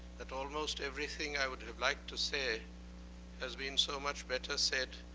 that almost everything i would have liked to say has been so much better said,